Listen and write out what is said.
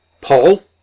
Paul